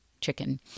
chicken